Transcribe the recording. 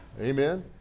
Amen